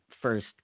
first